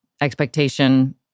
expectation